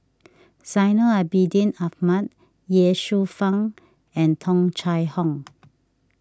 Zainal Abidin Ahmad Ye Shufang and Tung Chye Hong